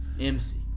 MC